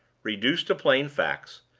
reduced to plain facts,